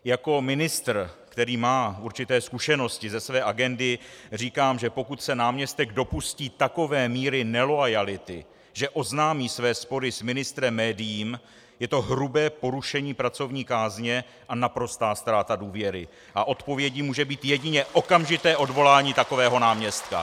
Jako ministr, který má určité zkušenosti ze své agendy, říkám, že pokud se náměstek dopustí takové míry neloajality, že oznámí své spory s ministrem médiím, je to hrubé porušení pracovní kázně a naprostá ztráta důvěry a odpovědí může být okamžité odvolání takového náměstka. .